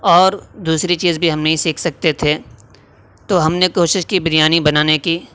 اور دوسری چیز بھی ہم نہیں سیکھ سکتے تھے تو ہم نے کوشش کی بریانی بنانے کی